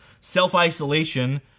self-isolation